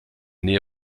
nähe